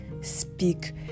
speak